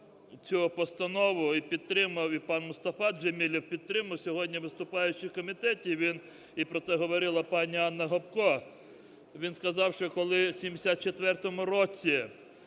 цю постанову і підтримав, і пан Мустафа Джемілєв підтримав. Сьогодні, виступаючи в комітеті, він, і про це говорила пані Ганна Гопко, він сказав, що коли в 74-му році